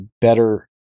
better